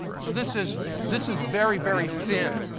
so this is this is very, very thin.